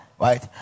Right